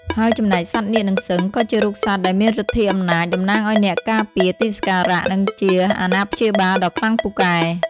ហើយចំណេកសត្វនាគនិងសិង្ហ ក៏ជារូបសត្វដែលមានឫទ្ធិអំណាច តំណាងឱ្យអ្នកការពារទីសក្ការៈ និងជាអាណាព្យាបាលដ៏ខ្លាំងពូកែ។